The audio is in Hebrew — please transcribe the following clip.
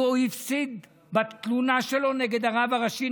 הוא הפסיד בתלונה שלו נגד הרב הראשי,